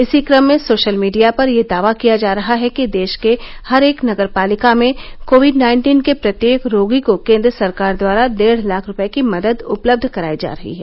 इसी क्रम में सोशल मीडिया पर यह दावा किया जा रहा है कि देश के हर एक नगर पालिका में कोविड नाइन्टीन के प्रत्येक रोगी को केंद्र सरकार द्वारा डेढ लाख रूपये की मदद उपलब्ध कराई जा रही है